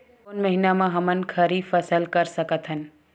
कोन महिना म हमन ह खरीफ फसल कर सकत हन?